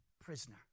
prisoner